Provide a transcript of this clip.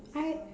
I